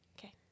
Okay